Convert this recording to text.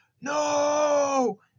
no